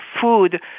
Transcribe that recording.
food